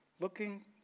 looking